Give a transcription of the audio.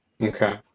Okay